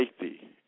safety